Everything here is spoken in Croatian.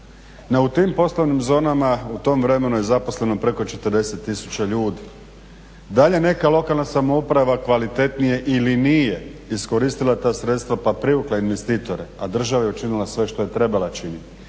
u tim poslovnim zonama u tom vremenu je zaposleno preko 40 000 ljudi. Da li je neka lokalna samouprava kvalitetnije ili nije iskoristila ta sredstva pa privukla investitore, a država učinila sve što je trebala činiti.